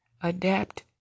adapt